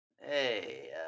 Hey